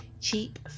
cheap